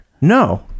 no